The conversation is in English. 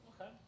Okay